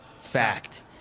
Fact